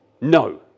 No